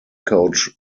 coach